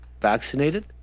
vaccinated